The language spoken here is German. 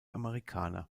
amerikaner